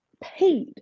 paid